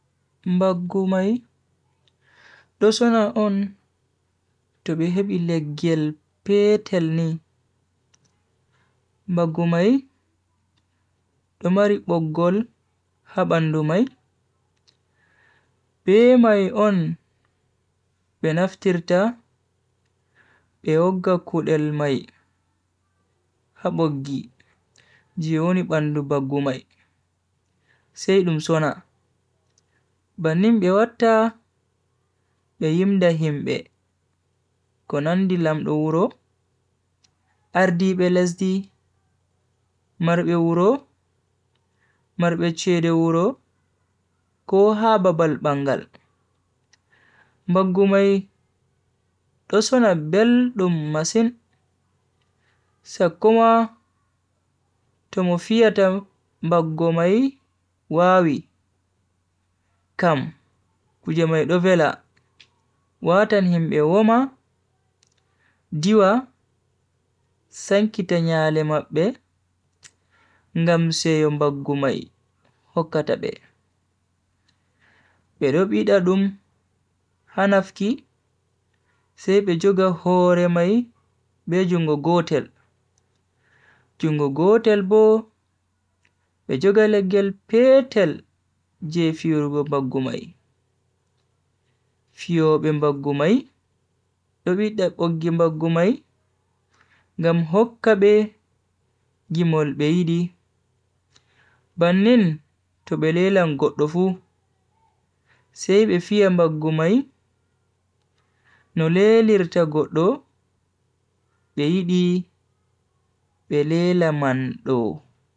mbaggumay. Doso na on, to behep ileggel petelni mbaggumay, tomari poggol habandumay. Pe may on, penaftirta, pe ogga kudelmay, haboggi, jioni bandubaggumay. Se ilumsona, banimbe wata behimda himbe, konandi lamdo uro, ardi belezdi, marbe uro, marbe chede uro, koha babal bangal mbaggumay tosona bel dum masin sakoma tomofiatam mbaggumay wawi kam kuja may dovela watan himbe woma diwa sankita nyalema be ngam seyo mbaggumay hokata be beropida dum hanafki sepe joga hore may be jungo gotel jungo gotel bo Pejoga lagial petal je fiyo rubo mbaggumay. Fiyo be mbaggumay, dobitak ogi mbaggumay, gamhoka be gimol be idi. Banin tobelela ngodofu, sebe fiyo mbaggumay, nuleli rita godo, be idi, belela mando.